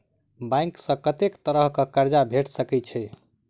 Bank सऽ कत्तेक तरह कऽ कर्जा भेट सकय छई?